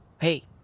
hey